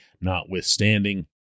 notwithstanding